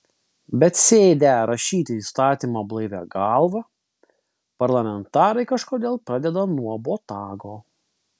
bet sėdę rašyti įstatymo blaivia galva parlamentarai kažkodėl pradeda nuo botago